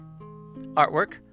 artwork